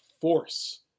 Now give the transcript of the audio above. force